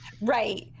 Right